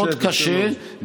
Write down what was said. מאוד קשה,